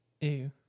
Ew